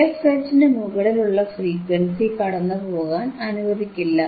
fH നു മുകളിൽ ഉള്ള ഫ്രീക്വൻസി കടന്നുപോകാൻ അനുവദിക്കില്ല